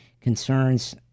concerns